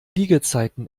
liegezeiten